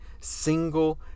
single